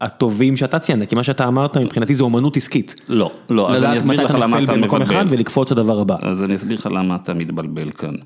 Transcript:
הטובים שאתה ציינת, כי מה שאתה אמרת מבחינתי זה אומנות עסקית. לא, לא. אז אני אסביר לך למה אתה מתבלבל, אז אני אסביר לך למה אתה מתבלבל כאן.